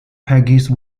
peggy